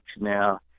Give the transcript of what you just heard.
now